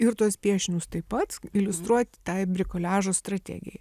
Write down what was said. ir tuos piešinius taip pat iliustruot tai brikoliažo strategijai